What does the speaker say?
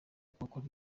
ugakora